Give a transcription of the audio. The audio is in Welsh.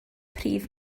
prif